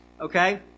okay